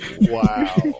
Wow